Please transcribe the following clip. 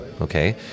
okay